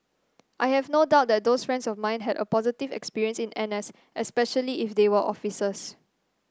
I have no doubt that those friends of mine had a positive experience in N S especially if they were officers